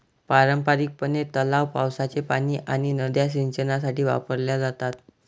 पारंपारिकपणे, तलाव, पावसाचे पाणी आणि नद्या सिंचनासाठी वापरल्या जातात